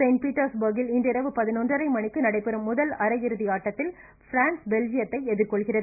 Saint பீட்டர்ஸ்பர்கில் இன்று இரவு பதினொன்றரை மணிக்கு நடைபெறும் முதல் அரையிறுதி ஆட்டத்தில் ஃபிரான்ஸ் பெல்ஜியத்தை எதிர்கொள்கிறது